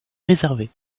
réservé